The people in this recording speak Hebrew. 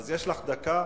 אז יש לך דקה.